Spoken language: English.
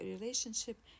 relationship